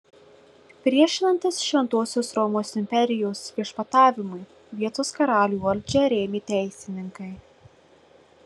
priešinantis šventosios romos imperijos viešpatavimui vietos karalių valdžią rėmė teisininkai